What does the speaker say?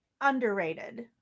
underrated